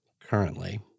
currently—